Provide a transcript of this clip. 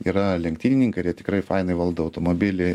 yra lenktynininkai ir jie tikrai fainai valdo automobilį